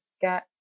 get